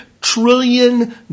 trillion